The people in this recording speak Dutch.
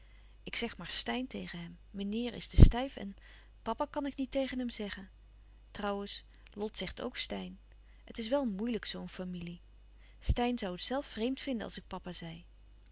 ik zeg maar steyn tegen hem meneer is te stijf en papa kan ik niet tegen hem zeggen trouwens lot zegt ook steyn het is wel moeilijk zoo een familie steyn zoû het zelf vreemd vinden als ik papa zei